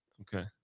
Okay